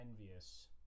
envious